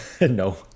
No